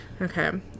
Okay